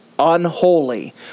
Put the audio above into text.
unholy